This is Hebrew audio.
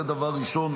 זה דבר ראשון,